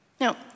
Now